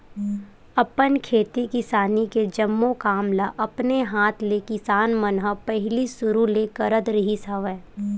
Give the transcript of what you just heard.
अपन खेती किसानी के जम्मो काम ल अपने हात ले किसान मन ह पहिली सुरु ले करत रिहिस हवय